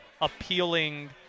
appealing